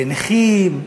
לנכים?